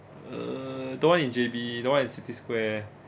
err the one in J_B that one in city square